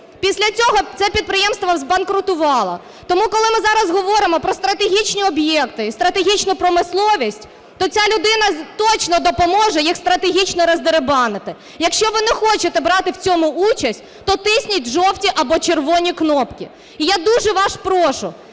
Після цього це підприємство збанкрутувало. Тому коли ми зараз говоримо про стратегічні об'єкти і стратегічну промисловість, то ця людина точно допоможе їх "стратегічно" роздерибанити. Якщо ви не хочете брати в цьому участь, то тисніть жовті або червоні кнопки. І я дуже вас прошу,